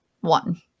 one